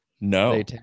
No